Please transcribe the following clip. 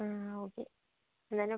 ആ ഓക്കെ എന്നാലും